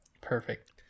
Perfect